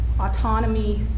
autonomy